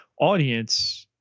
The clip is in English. audience –